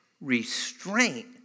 restraint